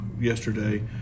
yesterday